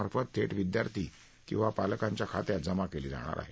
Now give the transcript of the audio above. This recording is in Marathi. मार्फत थेट विद्यार्थी किवा पालकांच्या खात्यात जमा केली जाणार आहे